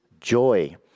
joy